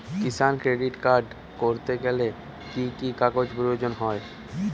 কিষান credit card করতে গেলে কি কি কাগজ প্রয়োজন হয়?